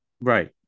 Right